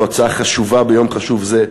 זו הצעה חשובה ביום חשוב זה,